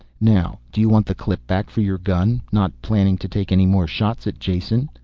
now, do you want the clip back for your gun? not planning to take any more shots at jason?